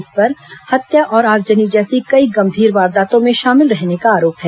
इस पर हत्या और आगजनी जैसी कई गंभीर वारदातों में शामिल रहने का आरोप है